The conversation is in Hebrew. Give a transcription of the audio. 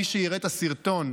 מי שיראה את הסרטון,